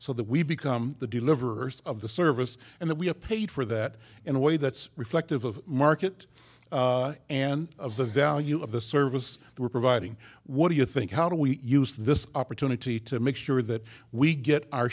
so that we become the deliverer of the service and that we are paid for that in a way that's reflective of market and of the value of the service we're providing what do you think how do we use this opportunity to make sure that we get our